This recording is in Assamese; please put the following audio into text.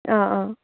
অঁ অঁ